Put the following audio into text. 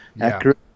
accurate